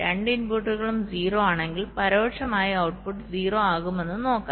രണ്ട് ഇൻപുട്ടുകളും 0 ആണെങ്കിൽ പരോക്ഷമായി ഔട്ട്പുട്ട് 0 ആകുമെന്ന് നോക്കാം